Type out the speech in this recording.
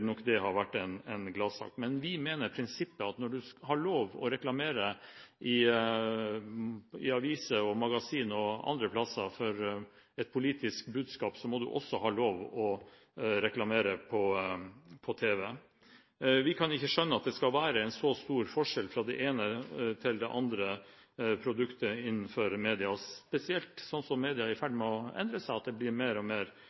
nok det ha vært en gladsak. Men vi mener at prinsippet må være at når du har lov til å reklamere i aviser, magasiner og andre steder for et politisk budskap, må du også ha lov til å reklamere på tv. Vi kan ikke skjønne at det skal være så stor forskjell fra det ene til det andre produktet innenfor media, spesielt slik som media er i ferd med å endre seg, at det blir mer og mer